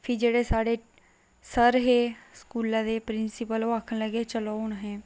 फ्ही जेहड़े साढ़े सर हे स्कूलै दे प्रिंसिपल ओह् आक्खन लगे चलो हून अहें